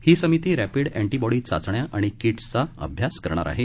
ही समिती rapid antibody चाचण्या आणि किट्चा अभ्यास करणार आहे